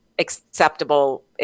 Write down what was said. acceptable